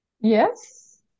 Yes